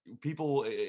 people